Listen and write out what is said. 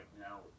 now